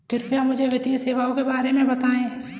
कृपया मुझे वित्तीय सेवाओं के बारे में बताएँ?